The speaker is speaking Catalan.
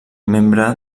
membre